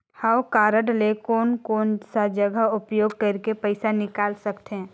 हव कारड ले कोन कोन सा जगह उपयोग करेके पइसा निकाल सकथे?